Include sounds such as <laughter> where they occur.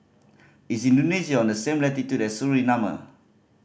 is Indonesia on the same latitude as <unintelligible>